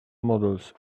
models